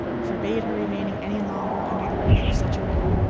forbade her remaining any longer under the roof of such a man.